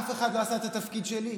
אף אחד לא עשה את התפקיד שלי,